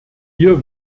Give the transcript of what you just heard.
hier